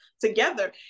together